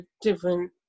different